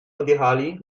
odjechali